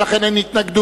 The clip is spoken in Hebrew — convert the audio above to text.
ולכן אין התנגדות.